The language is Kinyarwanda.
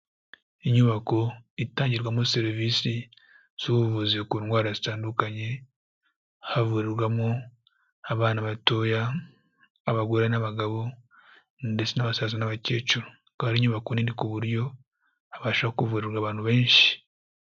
Inyubako itangirwamo serivisi z'ubuvuzi ku ndwara zitandukanye, havurirwamo abana batoya, abagore n'abagabo ndetse n'abasaza n'abakecuru, akaba ari inyubako nini ku buryo habasha kuvurirwa abantu benshi.